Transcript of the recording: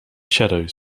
shadows